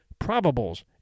probables